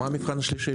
מה המבחן השלישי?